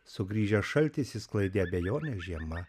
sugrįžęs šaltis išsklaidė abejones žiema